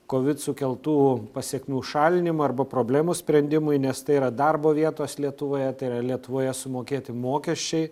kovid sukeltų pasekmių šalinimui arba problemų sprendimui nes tai yra darbo vietos lietuvoje tai yra lietuvoje sumokėti mokesčiai